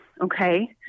okay